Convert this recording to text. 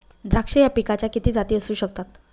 द्राक्ष या पिकाच्या किती जाती असू शकतात?